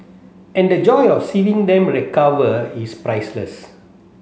and the joy of seeing them recover is priceless